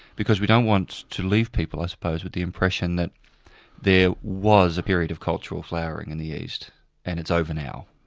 because we don't want to leave people i suppose, with the impression that there was a period of cultural flowering in the east and it's over now,